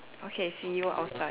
okay see you outside